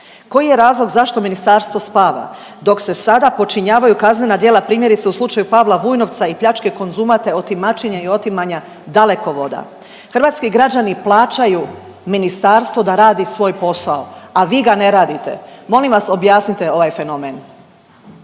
Koji je razloga zašto ministarstvo spava dok se sada počinjavaju kaznena djela primjerice u slučaju Pavla Vujnovca i pljačke Konzuma, te otimačine i otimanja Dalekovoda. Hrvatski građani plaćaju ministarstvo da radi svoj posao, a vi ga ne radite. Molim vas objasnite ovaj fenomen?